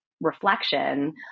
reflection